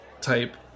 type